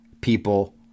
people